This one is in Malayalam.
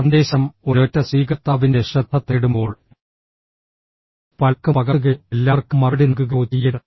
സന്ദേശം ഒരൊറ്റ സ്വീകർത്താവിൻ്റെ ശ്രദ്ധ തേടുമ്പോൾ പലർക്കും പകർത്തുകയോ എല്ലാവർക്കും മറുപടി നൽകുകയോ ചെയ്യരുത്